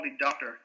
doctor